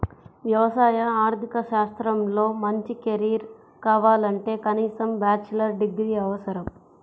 వ్యవసాయ ఆర్థిక శాస్త్రంలో మంచి కెరీర్ కావాలంటే కనీసం బ్యాచిలర్ డిగ్రీ అవసరం